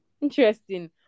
interesting